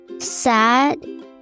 Sad